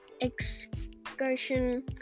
excursion